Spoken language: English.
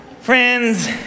Friends